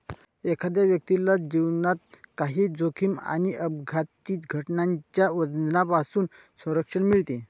एखाद्या व्यक्तीला जीवनात काही जोखीम आणि अपघाती घटनांच्या वजनापासून संरक्षण मिळते